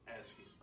asking